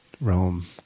Rome